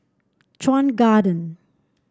Chuan Garden